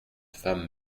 femme